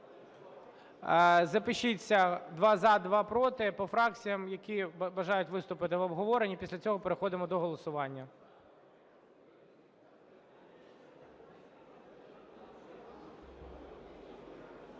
Запишіться: два – за, два – проти, по фракціях, які бажають виступити в обговоренні. Після цього переходимо до голосування.